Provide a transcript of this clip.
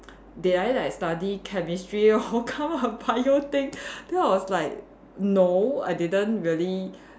did I like study Chemistry oh come out Bio thing then I was like no I didn't really